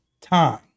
time